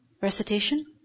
Recitation